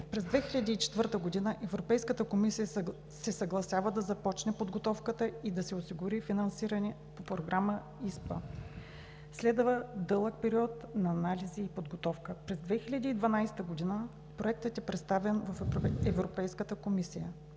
През 2004 г. Европейската комисия се съгласява да започне подготовката и да се осигури финансиране по Програма ИСПА. Следва дълъг период на анализи и подготовка. През 2012 г. Проектът е представен в Европейската комисия.